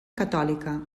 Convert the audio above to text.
catòlica